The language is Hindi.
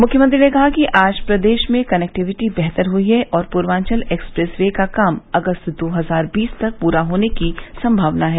मुख्यमंत्री ने कहा कि आज प्रदेश में कनेक्टिविटी वेहतर हई है और पूर्वांचल एक्सप्रेस वे का काम अगस्त दो हजार बीस तक पूरा होने की संभावना है